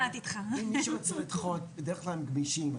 מישהו רוצה לדחות, בדרך כלל הם גמישים.